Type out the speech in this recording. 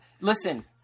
Listen